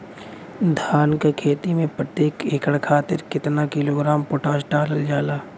धान क खेती में प्रत्येक एकड़ खातिर कितना किलोग्राम पोटाश डालल जाला?